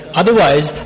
otherwise